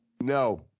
No